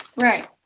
Right